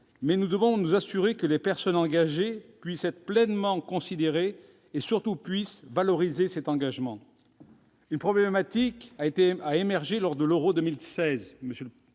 nous devons nous assurer que les personnes engagées puissent être pleinement considérées et, surtout, puissent valoriser cet engagement. Une problématique a émergé lors de l'Euro 2016.